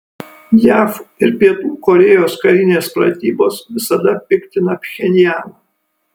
jav ir pietų korėjos karinės pratybos visada piktina pchenjaną